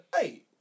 hey